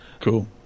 Cool